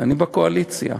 אני בקואליציה,